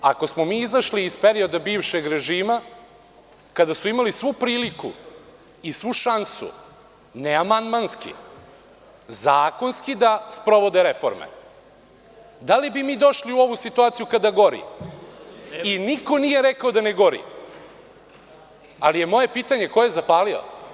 Ako smo mi izašli iz perioda bivšeg režima kada su imali svu priliku i svu šansu, ne amandmanski, zakonski da sprovode reforme, da li bi mi došli u ovu situaciju kada gori i niko nije rekao da ne gori, ali je moje pitanje ko je zapalio?